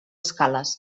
escales